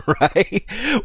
right